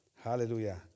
hallelujah